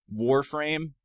Warframe